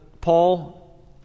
Paul